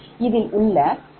இதில் உள்ள 0